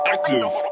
Active